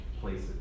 places